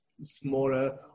smaller